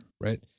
Right